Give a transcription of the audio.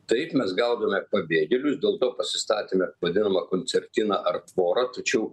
taip mes gaudome pabėgėlius dėl to pasistatėme vadinamą koncertiną ar tvorą tačiau